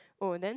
oh then